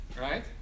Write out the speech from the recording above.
right